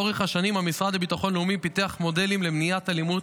לאורך השנים המשרד לביטחון לאומי פיתח מודלים למניעת אלימות,